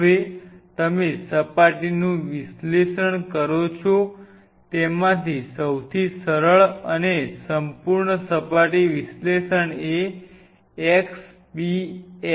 હવે તમે સપાટીનું વિશ્લેષણ કરો છો તેમાંથી સૌથી સરળ અને સંપૂર્ણ સપાટી વિશ્લેષણ એ XPS છે